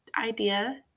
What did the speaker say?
idea